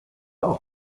auch